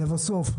לבסוף,